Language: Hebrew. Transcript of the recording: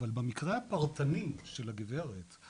אבל במקרה הפרטני של הגברת,